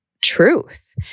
truth